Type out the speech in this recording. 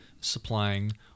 supplying